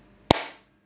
<Z<